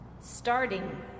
starting